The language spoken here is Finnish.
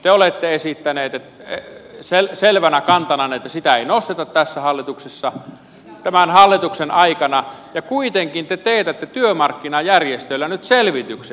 te olette esittäneet selvänä kantananne että sitä ei nosteta tässä hallituksessa tämän hallituksen aikana ja kuitenkin te teetätte työmarkkinajärjestöillä nyt selvityksen